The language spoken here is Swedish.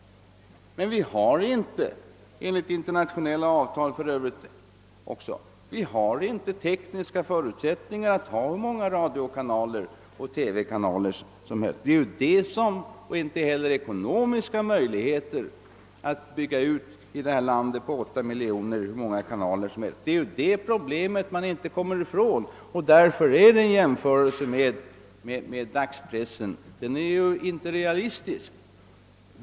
Men vi har inte — även enligt internationella avtal — tekniska förutsättningar att ha hur många radiooch TV-kanaler som helst. Inte heller finns det ekonomiska möjligheter att i detta land med 8 miljoner invånare bygga ut många kanaler. Det problemet kommer man inte ifrån, och därför är jämförelsen med dagspressen inte realistisk.